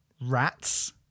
rats